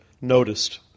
noticed